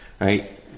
Right